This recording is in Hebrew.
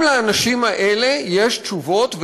גם לאנשים האלה יש תשובות,